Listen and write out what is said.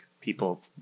people